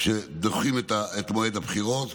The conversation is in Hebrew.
שדוחים את מועד הבחירות,